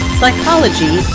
psychology